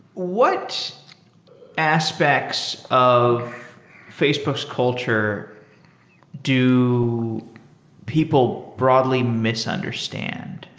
what aspects of facebook's culture do people broadly misunderstand?